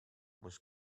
was